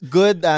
good